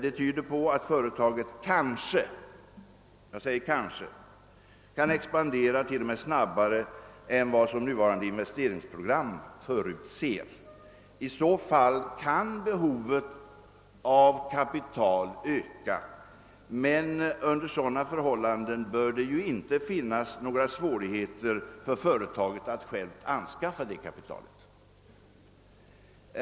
Det tyder på att företaget kanske kan expandera t.o.m. snabbare än vad det nuvarande investeringsprogrammet förutser. I så fall kan behovet av kapital öka, men under sådana förhållanden kan det inte vara några svårigheter för företaget att självt skaffa det kapitalet.